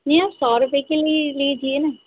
जी आप सौ रुपए की ले लीजिए न